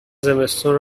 زمستون